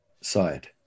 side